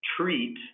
treat